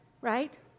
right